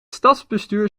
stadsbestuur